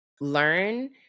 learn